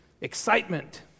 excitement